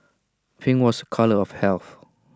pink was A colour of health